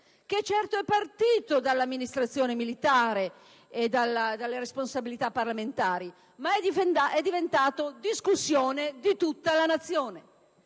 ha preso avvio dall'amministrazione militare e dalle responsabilità parlamentari, ma è diventato tema di discussione di tutta la Nazione.